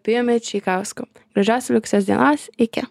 pijumi čeikausku gražios likusios dienos iki